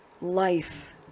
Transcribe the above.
life